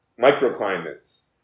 microclimates